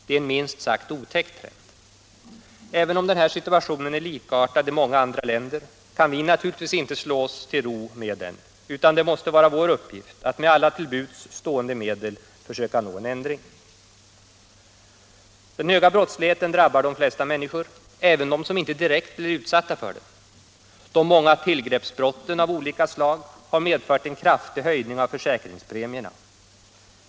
Det är en minst sagt otäck trend. Även om den här situationen är likartad i många andra länder kan vi naturligtvis inte slå oss till ro med den, utan det måste vara vår uppgift att med alla till buds stående medel försöka nå en ändring. Den höga brottsligheten drabbar de flesta människor — även dem som inte direkt blir utsatta för den. De många tillgreppsbrotten av olika slag har medfört en kraftig höjning av försäkringspremierna.